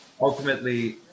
ultimately